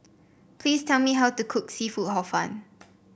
please tell me how to cook seafood Hor Fun